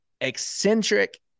eccentric